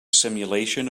simulation